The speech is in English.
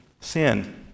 sin